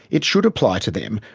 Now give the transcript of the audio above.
it should apply to them.